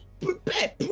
prepare